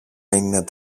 είναι